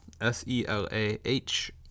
S-E-L-A-H